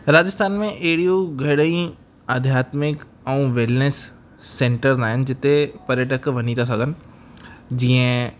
राजस्थान में अहिड़ियूं घणे ई आध्यात्मिक ऐं वेलनेस सेंटर्स आहिनि जिते पर्यटक वञी ता सघनि जीअं